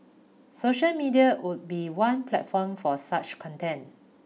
social media would be one platform for such content